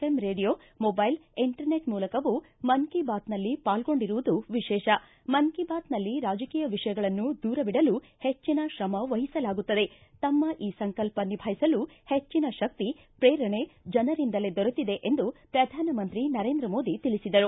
M radio mobile internet ಮೂಲಕವೂ ಮನ್ ಕಿ ಬಾತ್ನಲ್ಲಿ ಪಾಲ್ಗೊಂಡಿರುವುದು ವಿಶೇಷ ಮನ್ ಕಿ ಬಾತ್ನಲ್ಲಿ ರಾಜಕೀಯ ವಿಷಯಗಳನ್ನು ದೂರವಿಡಲು ಹೆಚ್ಚಿನ ತ್ರಮವಹಿಸಲಾಗುತ್ತದೆ ತಮ್ಮ ಈ ಸಂಕಲ್ಪ ನಿಭಾಯಿಸಲು ಹೆಚ್ಚಿನ ಶಕ್ತಿ ಶ್ರೇರಣೆ ಜನರಿಂದಲೇ ದೊರೆತಿದೆ ಎಂದು ಶ್ರಧಾನಮಂತ್ರಿ ನರೇಂದ್ರ ಮೋದಿ ತಿಳಿಬದರು